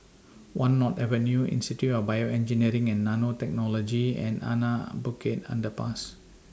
one North Avenue Institute of Bioengineering and Nanotechnology and Anak Bukit Underpass